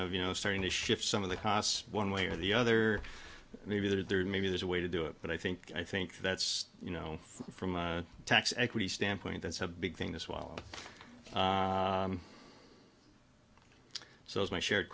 of you know starting to shift some of the costs one way or the other maybe there's maybe there's a way to do it but i think i think that's you know from a tax equity standpoint that's a big thing as well so is my shared